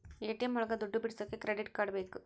ATM ಒಳಗ ದುಡ್ಡು ಬಿಡಿಸೋಕೆ ಕ್ರೆಡಿಟ್ ಕಾರ್ಡ್ ಬೇಕು